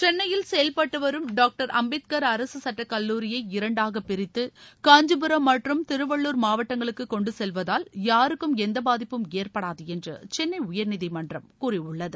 சென்னையில் செயல்பட்டு வரும் டாக்டர் அம்பேத்கர் அரசு சட்டக் கல்லூரியை இரண்டாகப் பிரித்து காஞ்சிபுரம் மற்றும் திருவள்ளூர் மாவட்டங்களுக்கு கொண்டு செல்வதால் யாருக்கும் எந்த பாதிப்பும் ஏற்படாது என்று சென்னை உயர்நீதிமன்றம் கூறியுள்ளது